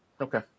Okay